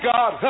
God